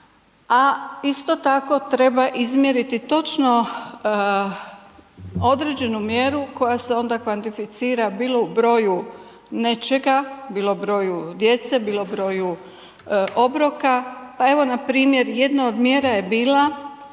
A isto tako treba izmjeriti točno određenu mjeru koja se onda kvantificira bilo u broju nečega, bilo broju djece, bilo broju obroka. Pa evo npr. jedna od mjera je bila